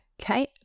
Okay